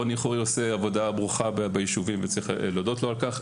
רוני חורי עושה עבודה ברוכה ביישובים וצריך להודות לו על כך.